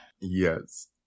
Yes